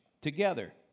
together